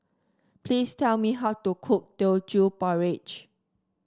please tell me how to cook Teochew Porridge